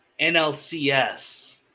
NLCS